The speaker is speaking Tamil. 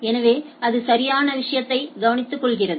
எனவே அது சரியான விஷயத்தை கவனித்துக்கொள்கிறது